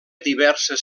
diverses